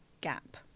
gap